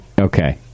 Okay